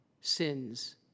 sins